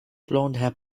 blondhair